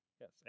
Yes